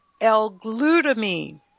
L-glutamine